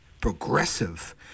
progressive